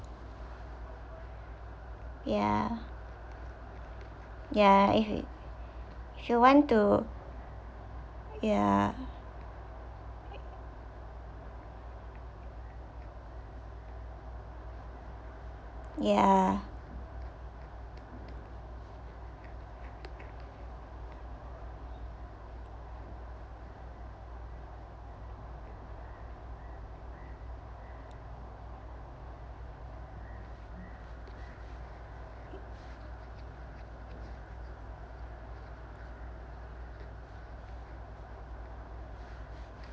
ya ya if she want to ya ya